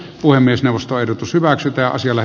puhemiesneuvosto ehdotus hyväksytään siellä